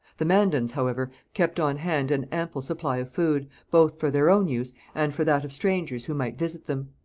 the mandans, however, kept on hand an ample supply of food, both for their own use and for that of strangers who might visit them.